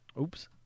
Oops